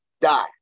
die